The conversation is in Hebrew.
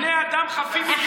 הם בני אדם חפים מפשע.